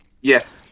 Yes